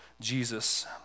Jesus